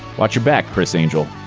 watch your back, criss angel.